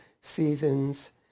seasons